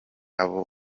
abo